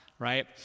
right